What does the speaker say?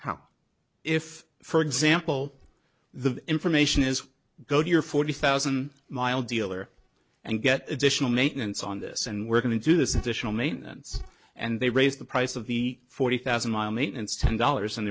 how if for example the information is go to your forty thousand mile dealer and get additional maintenance on this and we're going to do this additional maintenance and they raise the price of the forty thousand mile maintenance ten dollars and